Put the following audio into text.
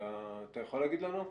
אתה יכול להגיד לנו?